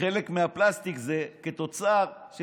חלק מהפלסטיק זה תוצר של